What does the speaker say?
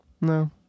No